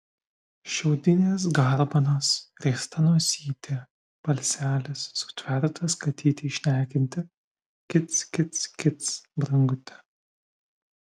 šiaudinės garbanos riesta nosytė balselis sutvertas katytei šnekinti kic kic kic brangute